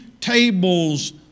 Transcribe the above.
tables